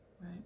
Right